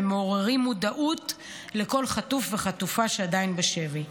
ומעוררים מודעות לכל חטוף וחטופה שעדיין בשבי.